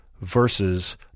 versus –